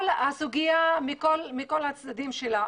כל הסוגיה מכל הצדדים שלה.